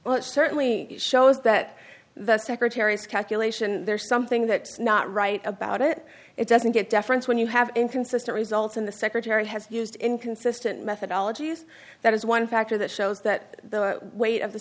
well it certainly shows that the secretary's calculation there's something that is not right about it it doesn't get deference when you have inconsistent results in the secretary has used inconsistent methodology used that is one factor that shows that the weight of the